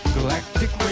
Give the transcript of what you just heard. Galactic